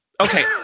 Okay